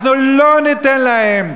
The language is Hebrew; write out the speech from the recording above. אנחנו לא ניתן להם.